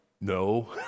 no